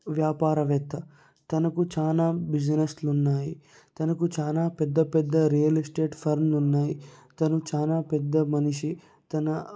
వ్యాపారవేత్త తనకు చాలా బిజినెస్లు ఉన్నాయి తనకు చాలా పెద్ద పెద్ద రియల్ ఎస్టేట్ ఫర్మ్లు ఉన్నాయి తను చాలా పెద్ద మనిషి తన